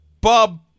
Bob